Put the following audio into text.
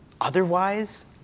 Otherwise